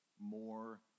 more